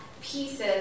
pieces